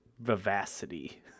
vivacity